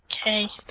Okay